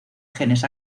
genes